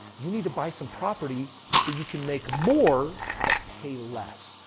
you need to buy some property so you can make more but pay less.